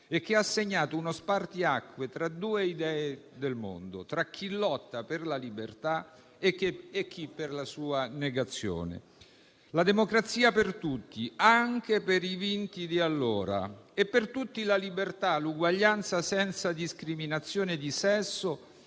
e che ha segnato uno spartiacque tra due idee del mondo, tra chi lotta per la libertà e chi per la sua negazione. La democrazia per tutti, anche per i vinti di allora, e per tutti la libertà e l'uguaglianza, senza discriminazione di sesso,